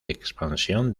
expansión